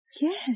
Yes